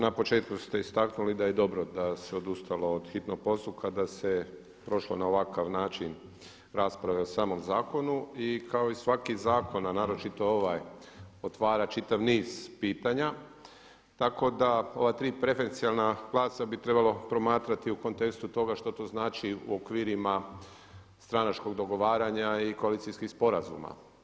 Na početku ste istaknuli da je dobro da se odustalo od hitnog postupka, da se prišlo na ovakav način rasprave o samom zakonu i kao i svaki zakon, a naročito ovaj otvara čitav niz pitanja tako da ova tri preferencijalna glasa bi trebalo promatrati u kontekstu toga što to znači u okvirima stranačkog dogovaranja i koalicijskih sporazuma.